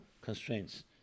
constraints